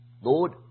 Lord